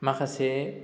माखासे